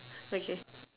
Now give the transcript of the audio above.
okay